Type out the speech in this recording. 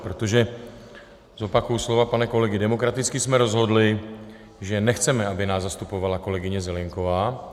Protože zopakuji slova pana kolegy demokraticky jsme rozhodli, že nechceme, aby nás zastupovala kolegyně Zelienková.